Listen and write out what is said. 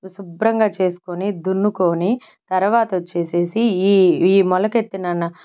శుభ్రంగా చేసుకొని దున్నుకొని తర్వాత వచ్చేసి ఈ ఈ మొలకెత్తిన